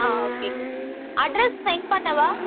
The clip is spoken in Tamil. ஆ ஓகே அட்ரஸ் சென்ட் பண்ணவா